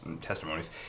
testimonies